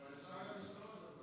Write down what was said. אבל אפשר גם, אם הוא